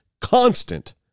constant